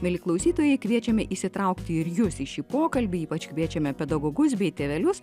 mieli klausytojai kviečiame įsitraukti ir jus į šį pokalbį ypač kviečiame pedagogus bei tėvelius